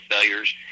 failures